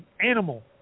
animal